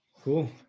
Cool